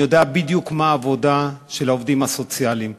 אני יודע בדיוק מה העבודה של העובדים הסוציאליים.